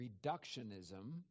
reductionism